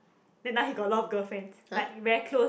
then now he got a lot of girlfriends like very close